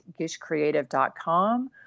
gishcreative.com